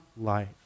life